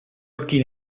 occhi